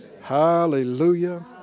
Hallelujah